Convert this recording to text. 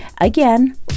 again